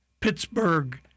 Pittsburgh